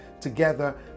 together